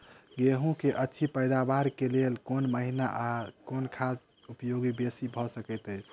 गेंहूँ की अछि पैदावार केँ लेल केँ महीना आ केँ खाद उपयोगी बेसी भऽ सकैत अछि?